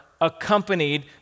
accompanied